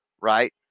right